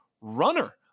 runner